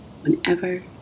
whenever